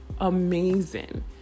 amazing